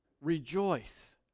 rejoice